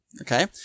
okay